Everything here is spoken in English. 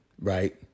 right